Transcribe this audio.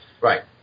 Right